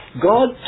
God